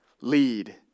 lead